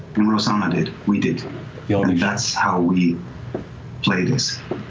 in rosohna did, we did. you know and that's how we play this.